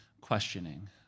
questioning